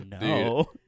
No